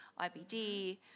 IBD